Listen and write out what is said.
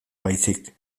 baizik